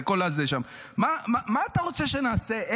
מה אתה רוצה שנעשה?